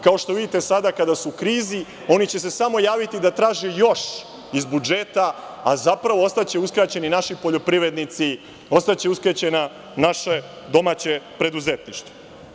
Kao što vidite, sada kada su u krizi, oni će se samo javiti da traže još iz budžeta, a zapravo ostaće uskraćeni naši poljoprivrednici, ostaće uskraćeno naše domaće preduzetništvo.